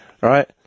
right